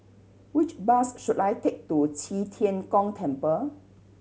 which bus should I take to Qi Tian Gong Temple